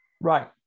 Right